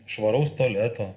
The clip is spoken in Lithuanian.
švaraus tualeto